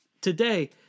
Today